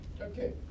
Okay